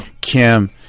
Kim